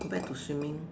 go back to swimming